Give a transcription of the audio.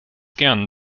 gern